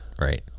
Right